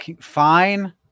Fine